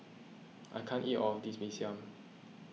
I can't eat all of this Mee Siam